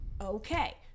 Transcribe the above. Okay